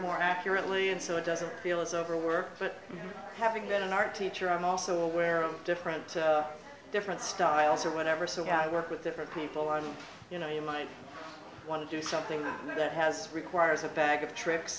more accurately and so it doesn't feel as overworked but having been an art teacher i'm also aware of different different styles or whatever so i work with different people on you know you might want to do something that has requires a bag of